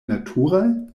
naturaj